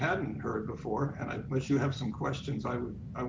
hadn't heard before and i'm with you have some questions i